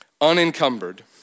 Unencumbered